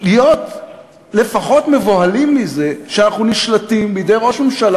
להיות לפחות מבוהלים מזה שאנחנו נשלטים בידי ראש ממשלה